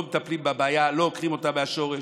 לא מטפלים בבעיה, לא עוקרים אותה מהשורש.